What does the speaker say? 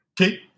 Okay